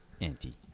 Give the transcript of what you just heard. Anti